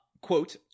quote